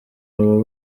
abo